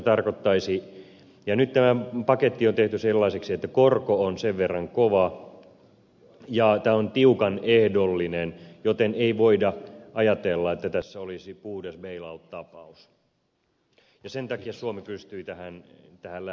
nyt tämä paketti on tehty sellaiseksi että korko on sen verran kova ja tämä on tiukan ehdollinen joten ei voida ajatella että tässä olisi puhdas bail out tapaus ja sen takia suomi pystyi tähän lähtemään mukaan